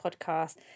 podcast